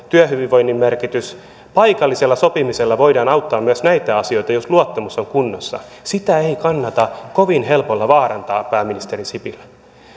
työhyvinvoinnin merkitys paikallisella sopimisella voidaan auttaa myös näitä asioita jos luottamus on kunnossa sitä ei kannata kovin helpolla vaarantaa pääministeri sipilä